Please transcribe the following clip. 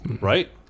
right